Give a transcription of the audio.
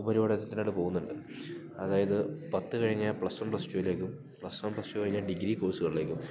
ഉപരിപഠനത്തിനായിട്ട് പോവുന്നുണ്ട് അതായത് പത്ത് കഴിഞ്ഞാൽ പ്ലസ് വൺ പ്ലസ് റ്റൂലേക്കും പ്ലസ് വൺ പ്ലസ് റ്റു കഴിഞ്ഞാൽ ഡിഗ്രി കോഴ്സ്സ്കളിലേക്കും